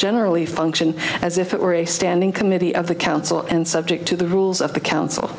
generally function as if it were a standing committee of the council and subject to the rules of the council